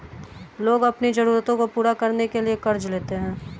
लोग अपनी ज़रूरतों को पूरा करने के लिए क़र्ज़ लेते है